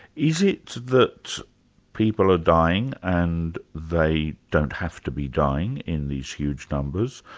is it that people are dying, and they don't have to be dying in these huge numbers?